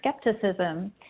skepticism